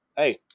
hey